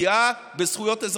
בפגיעה בזכויות אזרח.